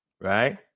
right